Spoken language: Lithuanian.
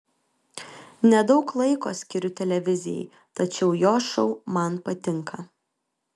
nedaug laiko skiriu televizijai tačiau jo šou man patinka